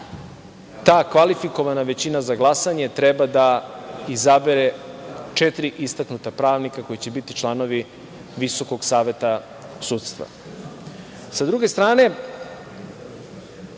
ta kvalifikovana većina za glasanje treba da izabere četiri istaknuta pravnika koji će biti članovi VSS.Sa druge strane,